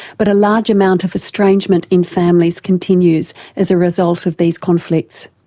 but a large amount of estrangement in families continues as a result of these conflicts.